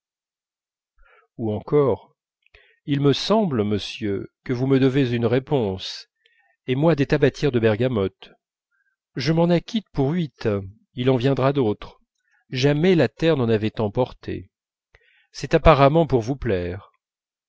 ou encore il me semble monsieur que vous me devez une réponse et moi des tabatières de bergamote je m'en acquitte pour huit il en viendra d'autres jamais la terre n'en avait tant porté c'est apparemment pour vous plaire